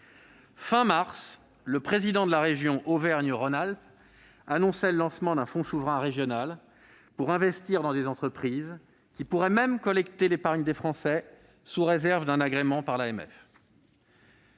Fin mars, le président de la région Auvergne-Rhône-Alpes annonçait le lancement d'un fonds souverain régional pour investir dans des entreprises qui pourraient même collecter l'épargne des Français sous réserve d'un agrément par